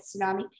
Tsunami